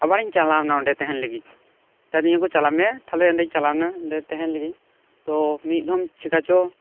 ᱟᱵᱟᱨᱤᱧ ᱪᱟᱞᱟᱣ ᱱᱟ ᱚᱸᱰᱮ ᱛᱟᱦᱮᱱ ᱞᱟᱹᱜᱤᱫ ᱢᱮᱛᱟ ᱫᱤᱧᱟᱹᱠᱚ ᱪᱟᱞᱟᱜ ᱢᱮ ᱛᱟᱦᱞᱮ ᱚᱸᱰᱮᱧ ᱪᱟᱞᱟᱣ ᱮᱱᱟ ᱚᱸᱰᱮ ᱛᱟᱦᱮᱱ ᱞᱟᱹᱜᱤᱫ ᱛᱚ ᱢᱤᱫ ᱫᱷᱚᱢ ᱪᱤᱠᱟ ᱪᱚ